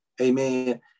Amen